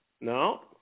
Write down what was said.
No